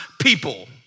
people